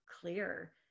clear